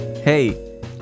Hey